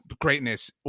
greatness